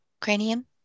cranium